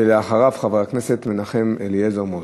ולאחריה, חבר הכנסת מנחם אליעזר מוזס.